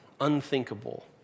unthinkable